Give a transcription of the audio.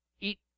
eat